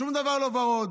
שום דבר לא ורוד.